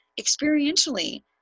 experientially